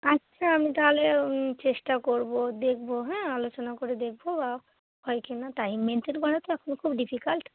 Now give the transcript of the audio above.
আচ্ছা আমি তাহলে চেষ্টা করব দেখব হ্যাঁ আলোচনা করে দেখব হয় কি না টাইম মেনটেন করা এখন তো খুব ডিফিকাল্ট